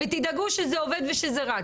ותדאגו שזה עובד ושזה רץ.